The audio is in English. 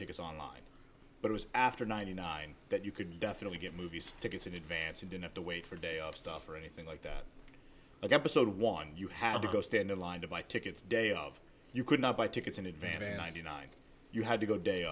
tickets online but it was after ninety nine that you could definitely get movies tickets in advance you didn't have to wait for a day of stuff or anything like that i get so one you have to go stand in line to buy tickets day of you could not buy tickets in advance and i knew nine you had to go day